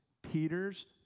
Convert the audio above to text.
Peter's